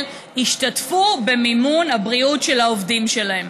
השתתפו במימון הבריאות של העובדים שלהם,